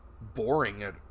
boring